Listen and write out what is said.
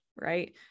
Right